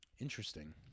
Interesting